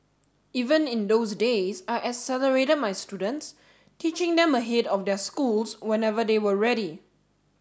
even in those days I accelerated my students teaching them ahead of their schools whenever they were ready